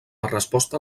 resposta